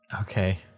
Okay